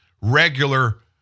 regular